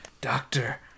Doctor